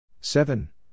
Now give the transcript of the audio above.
Seven